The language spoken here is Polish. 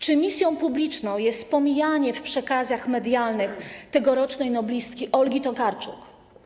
Czy misją publiczną jest pomijanie w przekazach medialnych tegorocznej noblistki Olgi Tokarczuk?